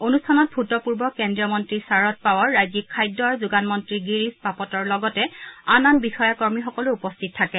অনুষ্ঠানত ভূতপূৰ্ব কেন্দ্ৰীয় মন্ত্ৰী শাৰদ পাৱাৰ ৰাজ্যিক খাদ্য আৰু যোগান মন্ত্ৰী গিৰিশ বাপটৰ লগতে আন আন বিষয়া কৰ্মীসকলো উপস্থিত থাকে